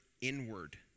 inward